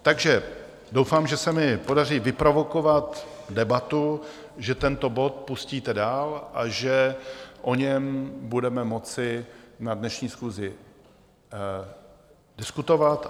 Takže doufám, že se mi podaří vyprovokovat debatu, že tento bod pustíte dál a že o něm budeme moci na dnešní schůzi diskutovat.